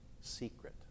secret